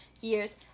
years